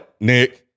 Nick